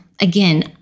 again